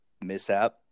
Mishap